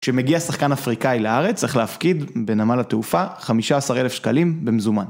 כשמגיע שחקן אפריקאי לארץ צריך להפקיד בנמל התעופה 15 אלף שקלים במזומן.